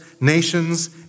nations